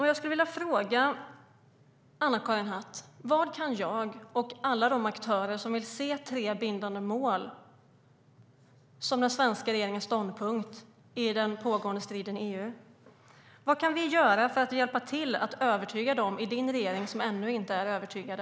Jag skulle vilja fråga Anna-Karin Hatt: Vad kan jag och alla de aktörer som vill se tre bindande mål som den svenska regeringens ståndpunkt i den pågående striden i EU göra för att hjälpa till att övertyga de i din regering som ännu inte övertygade?